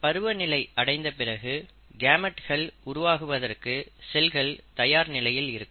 பருவநிலை அடைந்த பிறகு கேமெட்கள் உருவாக்குவதற்கு செல்கள் தயார் நிலையில் இருக்கும்